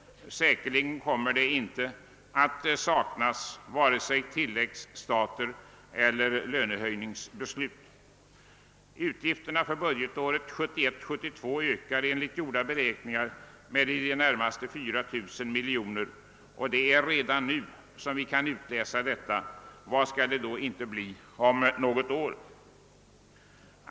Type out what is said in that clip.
Det kommer säkerligen inte att saknas vare sig tilläggsstater eller lönehöjningsbeslut. Utgifterna för budgetåret 1971/72 ökar enligt gjorda beräkningar med i det närmaste 4 000 miljoner kronor enligt vad vi redan nu kan utläsa. Vad skall det då inte bli om något år?